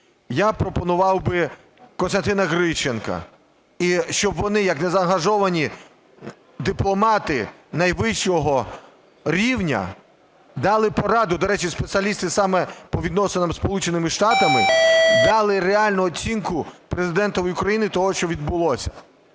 я пропонував би Костянтина Грищенка. І щоб вони, як незаангажовані дипломати найвищого рівня, дали пораду (до речі, спеціалісти саме по відносинам із Сполученими Штатами), дали реальну оцінку Президентові України того, що відбулося.